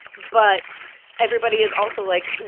but everybody is also like,